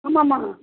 ஆமாம்மா